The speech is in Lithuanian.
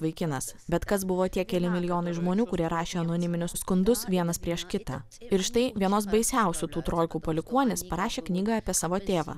vaikinas bet kas buvo tie keli milijonai žmonių kurie rašė anoniminius skundus vienas prieš kitą ir štai vienos baisiausių trolių palikuonys parašė knygą apie savo tėvą